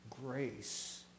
grace